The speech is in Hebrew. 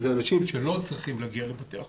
זה אנשים שלא צריכים להגיע לבתי החולים.